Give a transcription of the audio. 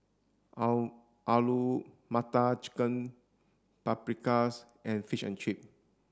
all Alu Matar Chicken Paprikas and Fish and Chips